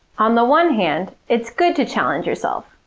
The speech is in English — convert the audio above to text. on the one hand, it's good to challenge yourself,